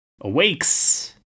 awakes